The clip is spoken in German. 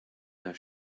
der